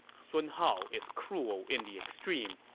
sun hao is cruel in the extreme.